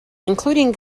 including